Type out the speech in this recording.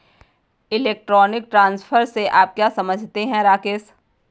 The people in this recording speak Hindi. इलेक्ट्रॉनिक ट्रांसफर से आप क्या समझते हैं, राकेश?